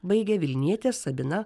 baigia vilnietė sabina